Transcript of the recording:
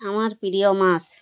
আমার প্রিয় মাস